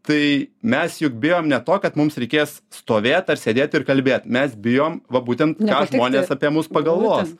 tai mes juk bijom ne to kad mums reikės stovėt ar sėdėt ir kalbėt mes bijom va būtent ką žmonės apie mus pagalvos